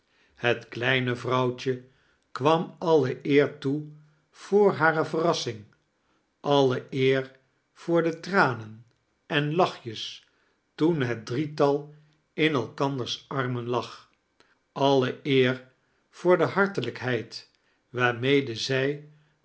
het kleine vxouwtje kwam alle eer toe voor hare venrassing all eer voor de tranen en lachjes toen het drietal in elkanders artnen lag alle eer voor de hartelijkhedd waarmede zij